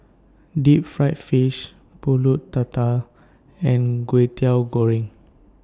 Deep Fried Fish Pulut Tatal and Kwetiau Goreng